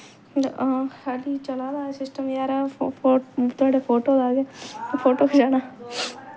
हां खाल्ली चला दा एह् सिस्टम बगैरा फोटो दा ते फोटो खचाना